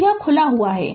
तो यह खुला है